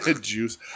Juice